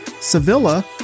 Sevilla